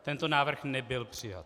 Tento návrh nebyl přijat.